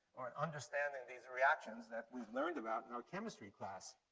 and understanding these reactions that we've learned about and chemistry class.